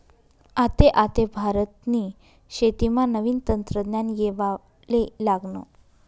आते आते भारतनी शेतीमा नवीन तंत्रज्ञान येवाले लागनं